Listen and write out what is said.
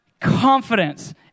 confidence